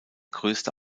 größte